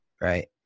right